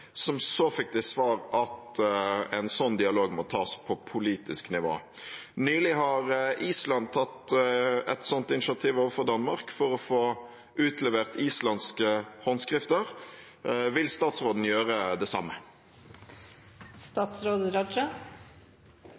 som så fikk til svar at slik dialog må tas på politisk nivå. Nylig har Island tatt et slikt initiativ overfor Danmark for å få utlevert islandske håndskrifter. Vil statsråden gjøre det